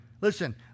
Listen